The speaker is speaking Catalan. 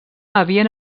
havien